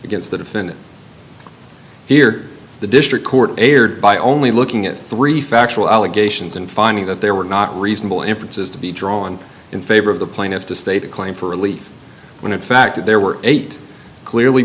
against the defendant here the district court erred by only looking at three factual allegations and finding that there were not reasonable inferences to be drawn in favor of the plaintiff to state a claim for relief when in fact there were eight clearly